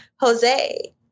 Jose